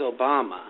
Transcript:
Obama